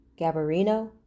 Gabarino